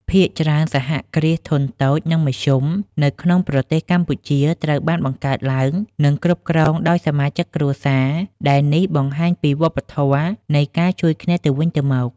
ភាគច្រើននៃសហគ្រាសធុនតូច និងមធ្យមនៅក្នុងប្រទេសកម្ពុជាត្រូវបានបង្កើតឡើង និងគ្រប់គ្រងដោយសមាជិកគ្រួសារ ដែលនេះបង្ហាញពីវប្បធម៌នៃការជួយគ្នាទៅវិញទៅមក។